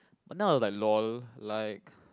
but now I was like lol like